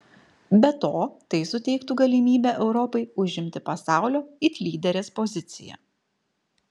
be to tai suteiktų galimybę europai užimti pasaulio it lyderės poziciją